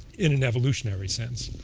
in an evolutionary sense.